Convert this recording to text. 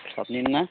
क्लाबनिनो ना